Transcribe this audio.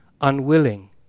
unwilling